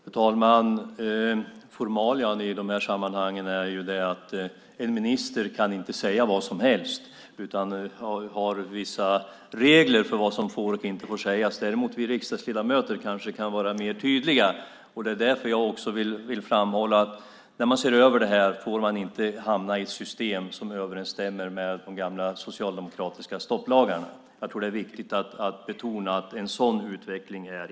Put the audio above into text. Fru talman! Formalia i de här sammanhangen är att en minister inte kan säga vad som helst utan har vissa regler för vad som får och inte får sägas. Däremot kan kanske vi riksdagsledamöter vara mer tydliga. Det är därför jag vill framhålla att man när man ser över detta inte får hamna i ett system som överensstämmer med de gamla socialdemokratiska stopplagarna. Det är viktigt att betona att en sådan utveckling inte är bra.